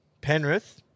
Penrith